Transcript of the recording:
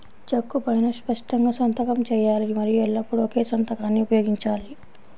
చెక్కు పైనా స్పష్టంగా సంతకం చేయాలి మరియు ఎల్లప్పుడూ ఒకే సంతకాన్ని ఉపయోగించాలి